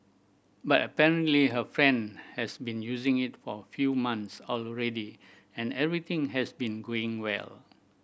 but apparently her friend has been using it for a few months already and everything has been going well